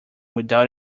without